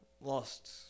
lost